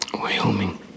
Wyoming